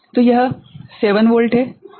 तो यह 7 वोल्ट है और यह 7 वोल्ट है